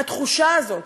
התחושה הזאת,